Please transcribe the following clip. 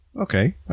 Okay